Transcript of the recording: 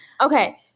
Okay